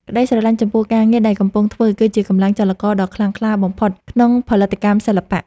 ក្តីស្រលាញ់ចំពោះការងារដែលកំពុងធ្វើគឺជាកម្លាំងចលករដ៏ខ្លាំងក្លាបំផុតក្នុងផលិតកម្មសិល្បៈ។